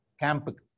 Camp